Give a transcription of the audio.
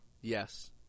Yes